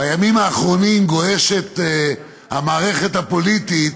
בימים האחרונים גועשת המערכת הפוליטית